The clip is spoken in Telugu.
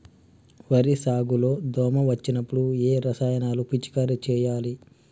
వరి సాగు లో దోమ వచ్చినప్పుడు ఏ రసాయనాలు పిచికారీ చేయాలి?